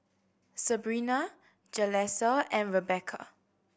Sebrina Jalissa and Rebecca